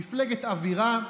מפלגת אווירה,